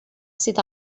sydd